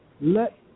let